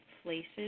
places